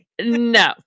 No